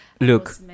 look